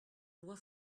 loi